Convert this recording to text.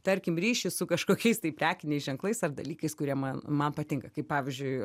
tarkim ryšį su kažkokiais tai prekiniais ženklais ar dalykais kurie man man patinka kaip pavyzdžiui